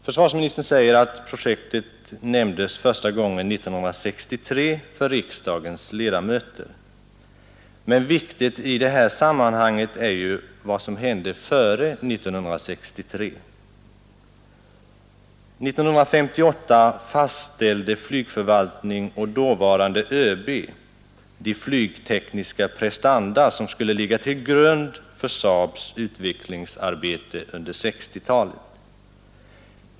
Försvarsministern säger att projektet nämndes första gången 1963 för riksdagens ledamöter. Men viktigt i detta sammanhang är ju vad som hände före 1963. 1958 fastställde flygförvaltningen och dåvarande ÖB de flygtekniska prestanda som skulle ligga till grund för SAAB:s utvecklingsarbete under 1960-talet.